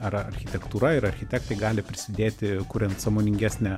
ar architektūra ir architektai gali prisidėti kuriant sąmoningesnę